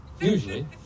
usually